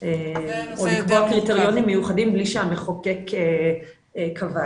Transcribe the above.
או לקבוע קריטריונים מיוחדים בלי שהמחוקק קבע.